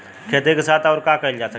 खेती के साथ अउर का कइल जा सकेला?